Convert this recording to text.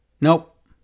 Nope